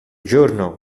giorno